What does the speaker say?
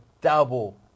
double